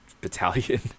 battalion